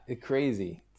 crazy